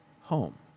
home